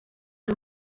iyi